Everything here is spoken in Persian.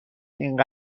این